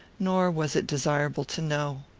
nor was it desirable to know.